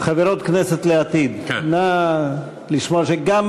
חברות כנסת לעתיד, נא לשמור על שקט.